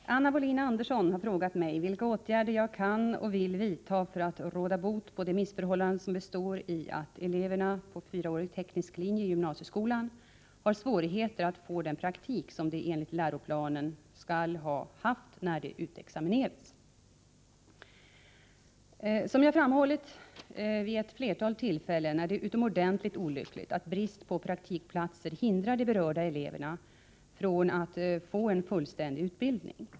Herr talman! Anna Wohlin-Andersson har frågat mig vilka åtgärder jag kan och vill vidta för att råda bot på det missförhållande som består i att eleverna på fyraårig teknisk linje i gymnasieskolan har svårigheter att få den praktik som de enligt läroplanen skall ha haft när de utexamineras. Som jag framhållit vid flera tillfällen är det utomordentligt olyckligt att brist på praktikplatser hindrar de berörda eleverna från att få en fullständig utbildning.